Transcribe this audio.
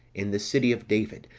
in the city of david,